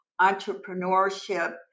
entrepreneurship